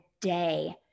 day